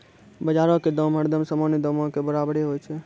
बजारो के दाम हरदम सामान्य दामो के बराबरे होय छै